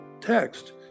text